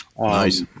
Nice